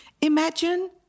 Imagine